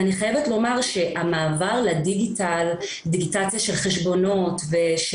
ואם אחד מאיתנו לא פנוי לעשות משא ומתן ולא יודע איך לעשות את זה,